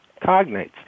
Cognates